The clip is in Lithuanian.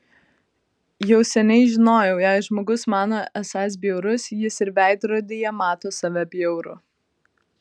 jau seniai žinojau jei žmogus mano esąs bjaurus jis ir veidrodyje mato save bjaurų